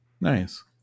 Nice